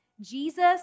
Jesus